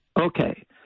Okay